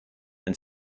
and